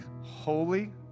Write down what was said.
holy